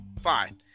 Fine